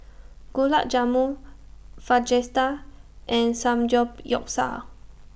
Gulab Jamun Fajitas and Samgeyopsal